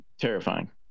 Terrifying